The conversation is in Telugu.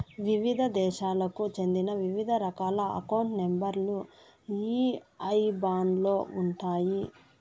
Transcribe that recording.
వివిధ దేశాలకు చెందిన వివిధ రకాల అకౌంట్ నెంబర్ లు ఈ ఐబాన్ లో ఉంటాయి